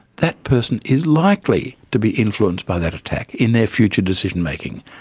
that person is likely to be influenced by that attack in their future decision-making.